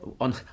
on